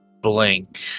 blink